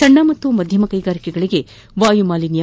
ಸಣ್ಣ ಹಾಗೂ ಮಧ್ಯಮ ಕೈಗಾರಿಕೆಗಳಿಗೆ ವಾಯುಮಾಲಿನ್ಲ